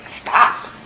stop